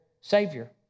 savior